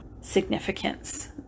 significance